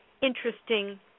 interesting